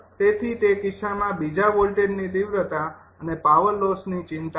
તેથી તે કિસ્સામાં બીજા વોલ્ટેજની તીવ્રતા અને પાવર લોસ ની ચિંતા છે